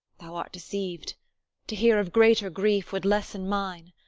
thou art deceiv'd to hear of greater grief would lessen mine.